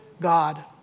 God